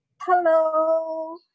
Hello